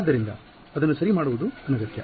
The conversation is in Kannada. ಆದ್ದರಿಂದ ಅದನ್ನು ಸರಿ ಮಾಡುವುದು ಅನಗತ್ಯ